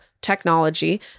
technology